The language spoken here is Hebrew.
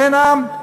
אין עם.